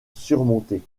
surmonter